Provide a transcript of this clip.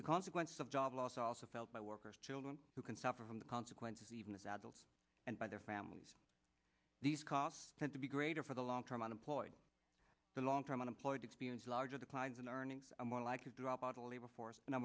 the consequence of job loss also felt by workers children who can suffer from the consequences even as adults and by their families these costs tend to be greater for the long term unemployed the long term unemployed experience a larger declines in earnings are more likely to drop out of the labor force